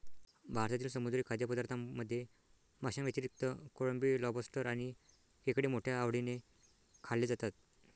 भारतातील समुद्री खाद्यपदार्थांमध्ये माशांव्यतिरिक्त कोळंबी, लॉबस्टर आणि खेकडे मोठ्या आवडीने खाल्ले जातात